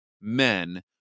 men